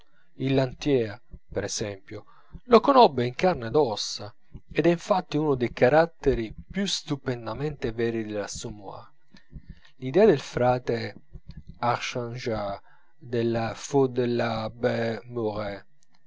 il lantier per esempio lo conobbe in carne ed ossa ed è infatti uno dei caratteri più stupendamente veri dell'assommoir l'idea del frate archangias della faute de